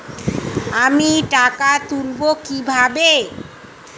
আমি টাকা তুলবো কি ভাবে?